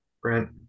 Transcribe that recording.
Brent